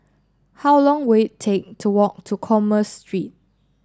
how long will it take to walk to Commerce Street